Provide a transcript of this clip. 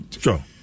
sure